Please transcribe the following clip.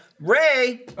Ray